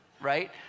right